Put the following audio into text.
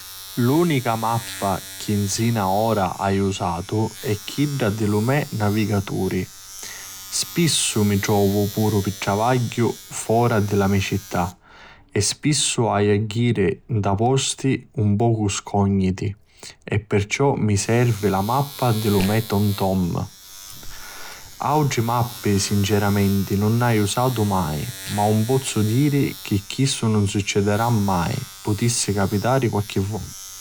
L'unica mappa chi nsina ora aiu usatu è chidda di lu me navigaturi. Spissu mi trovu, puru pi travagghiu, fora di la me città e spissu aiu a jiri nta posti un pocu scogniti e perciò mi servi la mappa di lu me tom-tom. Autri mappi sinceramenti nun aiu usatu mai ma nun pozzu diri chi chistu nun succedi mai, putissi capitari qualchi vota.